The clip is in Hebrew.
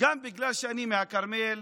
גם בגלל שאני מהכרמל,